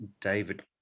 David